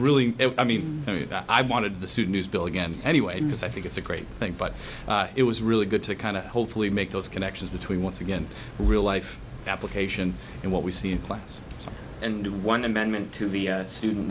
really i mean i wanted the students bill again anyway because i think it's a great thing but it was really good to kind of hopefully make those connections between once again real life application and what we see in class and one amendment to the student